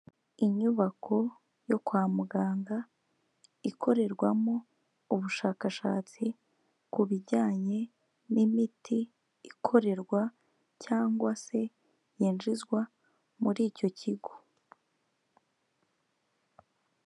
Inyubako yo kwa muganga ikorerwamo ubushakashatsi ku bijyanye n'imiti ikorerwa cyangwa se yinjizwa muri icyo kigo.